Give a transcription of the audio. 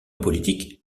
politique